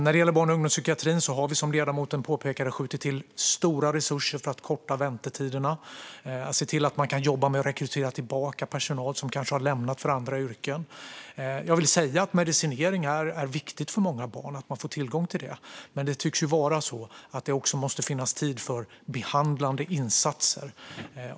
När det gäller barn och ungdomspsykiatrin har vi, som ledamoten påpekade, skjutit till stora resurser för att korta väntetiderna och se till att man kan jobba med att rekrytera tillbaka personal som kanske har gått till andra yrken. Jag vill säga att tillgång till medicinering är viktigt för många barn, men det tycks ju vara så att det också måste finnas tid för behandlande insatser.